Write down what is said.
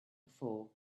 before